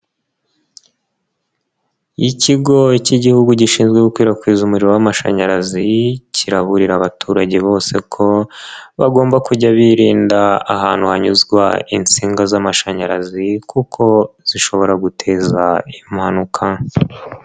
Ikigo cy'igihugu gishinzwe gukwirakwiza umuriro w'amashanyarazi, kiraburira abaturage bose ko bagomba kujya birinda ahantu hanyuzwa insinga z'amashanyarazi kuko zishobora guteza impanuka.